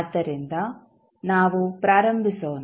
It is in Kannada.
ಆದ್ದರಿಂದ ನಾವು ಪ್ರಾರಂಭಿಸೋಣ